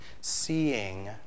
Seeing